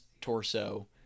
torso